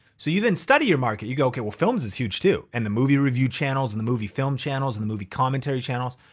so you then study your market. you go, okay, well films is huge too. and the movie review channels, and the movie film channels and the movie commentary channels.